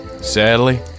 Sadly